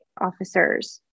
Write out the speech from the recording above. officers